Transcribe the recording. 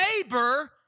neighbor